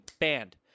banned